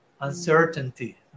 uncertainty